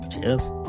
Cheers